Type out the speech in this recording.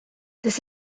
this